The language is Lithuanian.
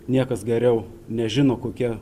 niekas geriau nežino kokie